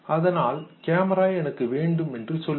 அதனால் கேமரா எனக்கு வேண்டும் என்று சொல்வேன்